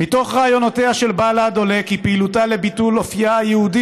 "מתוך רעיונותיה של בל"ד עולה כי פעילותה לביטול אופייה היהודי